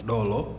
Dolo